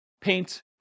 paint